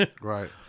Right